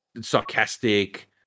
sarcastic